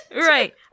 Right